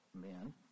men